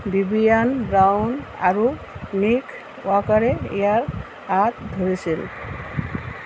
Vivian Brown আৰু Nick ৱাকাৰে ইয়াৰ আঁত ধৰিছিল